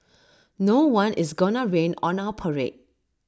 no one is gonna rain on our parade